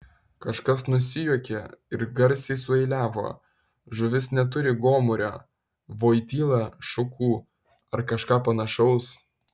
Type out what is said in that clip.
kažkas nusijuokė ir garsiai sueiliavo žuvis neturi gomurio voityla šukų ar kažką panašaus